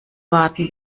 warten